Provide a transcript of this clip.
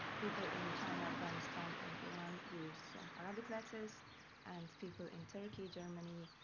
people in china, afghanistan, and iran use arabic letters and people in turkey, germany,